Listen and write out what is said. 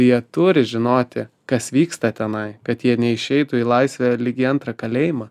jie turi žinoti kas vyksta tenai kad jie neišeitų į laisvę lyg į antrą kalėjimą